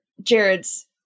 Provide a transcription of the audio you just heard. Jared's